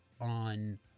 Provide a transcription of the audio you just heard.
on